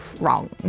Wrong